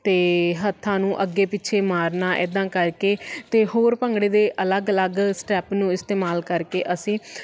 ਅਤੇ ਹੱਥਾਂ ਨੂੰ ਅੱਗੇ ਪਿੱਛੇ ਮਾਰਨਾ ਇੱਦਾਂ ਕਰਕੇ ਅਤੇ ਹੋਰ ਭੰਗੜੇ ਦੇ ਅਲੱਗ ਅਲੱਗ ਸਟੈਪ ਨੂੰ ਇਸਤੇਮਾਲ ਕਰਕੇ ਅਸੀਂ